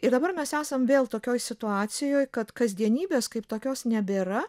ir dabar mes esam vėl tokioj situacijoj kad kasdienybės kaip tokios nebėra